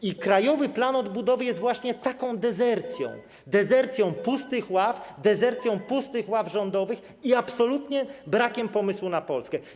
I Krajowy Plan Odbudowy jest właśnie taką dezercją, dezercją pustych ław, dezercją pustych ław rządowych, jest absolutnie brakiem pomysłu na Polskę.